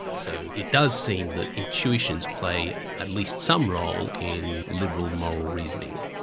so it does seem that intuitions play at least some role in liberal moral reasoning.